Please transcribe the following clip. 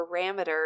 parameters